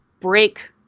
break